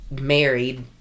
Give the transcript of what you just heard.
married